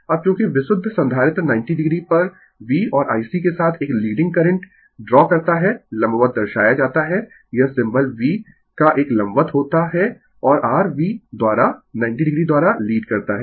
अब चूंकि विशुद्ध संधारित्र 90o पर V और IC के साथ एक लीडिंग करंट ड्रा करता है लंबवत दर्शाया जाता है यह सिंबल V का एक लंबवत होता है और r V द्वारा 90o द्वारा लीड करता है